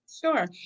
Sure